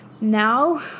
Now